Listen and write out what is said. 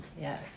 Yes